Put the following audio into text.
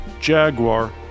Jaguar